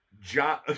John